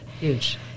huge